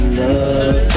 love